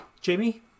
Jamie